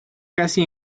casi